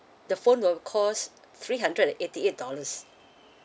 the phone will cost three hundred and eighty eight dollars